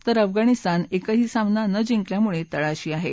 तर अफगाणिस्तान एकही सामना न जिंकल्यामुळे तळाशी आहे